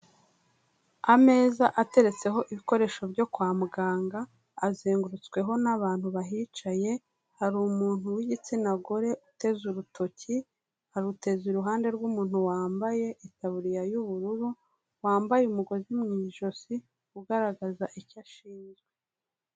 Ameza ateretseho ibikoresho byo kwa muganga, azengurutsweho n'abantu bahicaye, hari umuntu w'igitsina gore uteze urutoki, aruteze iruhande rw'umuntu wambaye itaburiya y'ubururu, wambaye umugozi mu ijosi ugaragaza icyo ashinzwe.